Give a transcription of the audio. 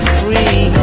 free